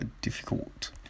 difficult